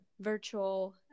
virtual